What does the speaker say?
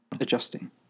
adjusting